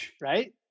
right